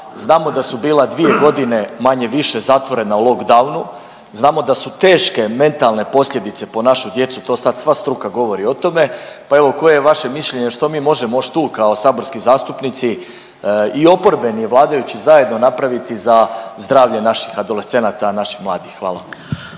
Znamo da su bila dvije godine manje-više zatvorena u lockdownu, znamo da su teške mentalne posljedice po našu djecu to sad sva struka govori o tome, pa evo koje je vaše mišljenje što mi možemo još tu kao saborski zastupnici i oporbeni i vladajući zajedno napraviti za zdravlje naših adolescenata, naših mladih. Hvala.